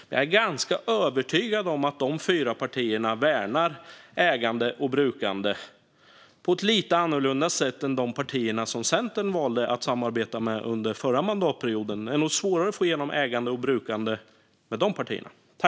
Men jag är ganska övertygad om att dessa fyra partier värnar ägande och brukande på ett lite annorlunda sätt än de partier som Centern valde att samarbeta med under förra mandatperioden. Det är nog svårare att få igenom politik för att värna ägande och brukande med de partierna.